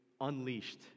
unleashed